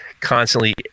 constantly